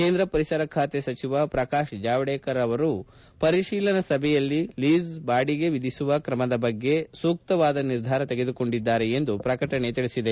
ಕೇಂದ್ರ ಪರಿಸರ ಖಾತೆ ಸಚಿವ ಪ್ರಕಾಶ್ ಜಾವಡೇಕರ್ ಅವರು ಪರಿಶೀಲನಾ ಸಭೆಯಲ್ಲಿ ಲೀಸ್ ಬಾಡಿಗೆ ಎಧಿಸುವ ಕ್ರಮದ ಬಗ್ಗೆ ಸೂಕ್ತವಾದ ನಿರ್ಧಾರ ತೆಗೆದುಕೊಂಡಿದ್ದಾರೆ ಎಂದು ಪ್ರಕಟಣೆ ತಿಳಿಸಿದೆ